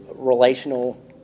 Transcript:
relational